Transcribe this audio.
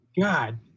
god